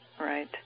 right